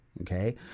Okay